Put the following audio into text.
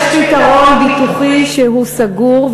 יש פתרון ביטוחי שהוא סגור,